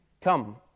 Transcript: come